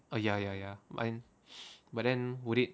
ah ya ya ya mine but then would it